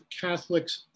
Catholics